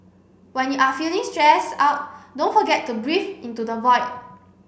when you are feeling stress out don't forget to breathe into the void